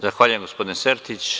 Zahvaljujem, gospodine Sertiću.